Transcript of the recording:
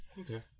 Okay